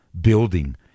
building